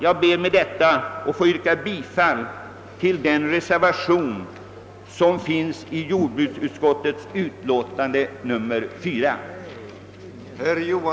Jag ber med detta att få yrka bifall till den reservation som fogats vid jordbruksutskottets utlåtande nr 4,